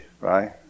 right